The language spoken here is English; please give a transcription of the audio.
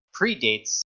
predates